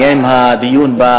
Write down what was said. אני אהיה עם הדיון במליאה,